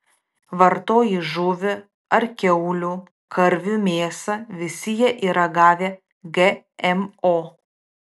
vartoji žuvį ar kiaulių karvių mėsą visi jie yra gavę gmo